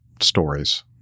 stories